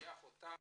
לוקח אותם,